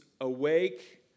awake